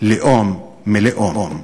לאום מלאום".